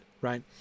right